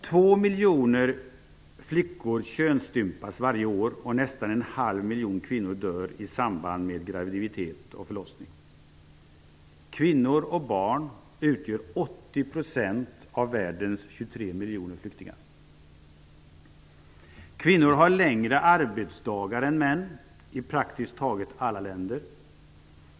Två miljoner flickor könsstympas varje år, och nästan en halv miljon kvinnor dör i samband med graviditet och förlossning. Kvinnor och barn utgör 80 % av världens 23 miljoner flyktingar. Kvinnor har längre arbetsdagar än män i praktiskt taget alla länder.